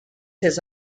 his